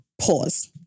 pause